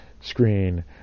screen